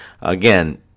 Again